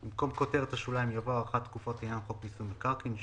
במקום כותרת השוליים יבוא "הארכת תקופות לעניין חוק מיסוי מקרקעין";